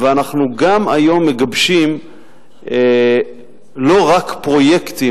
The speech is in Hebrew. ואנחנו גם היום מגבשים לא רק פרויקטים,